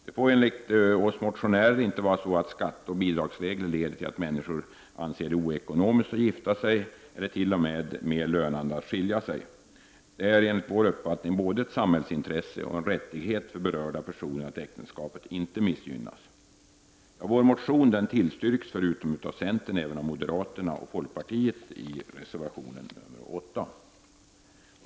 Det får enligt oss motionärer inte vara så att skatteoch bidragsregler leder till att människor anser det oekonomiskt att gifta sig eller t.o.m. mer lönande att skilja sig. Det är enligt vår uppfattning både ett samhällsintresse och en rättighet för berörda personer att äktenskapet inte missgynnas. Vår motion tillstyrks förutom av centern även av moderaterna och folkpartiet i reservation nr 8.